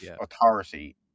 authority